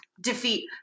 defeat